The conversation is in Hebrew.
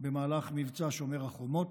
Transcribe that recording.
במהלך מבצע שומר החומות.